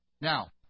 now